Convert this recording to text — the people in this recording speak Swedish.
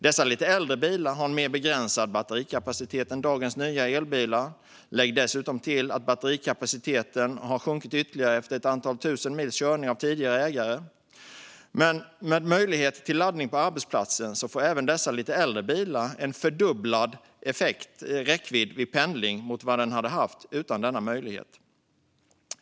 Dessa lite äldre bilar har en mer begränsad batterikapacitet än dagens nya elbilar. Lägg dessutom till att batterikapaciteten har sjunkit ytterligare efter ett antal tusen mils körning av tidigare ägare. Men med möjlighet till laddning på arbetsplatsen får även dessa lite äldre elbilar en fördubblad räckvidd vid pendling mot vad de skulle ha haft utan denna möjlighet.